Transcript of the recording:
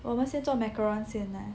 我们先做 macarons 先啦